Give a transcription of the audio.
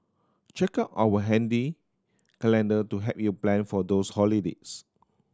check out our handy calendar to help you plan for those holidays